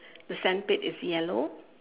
the sandpit is yellow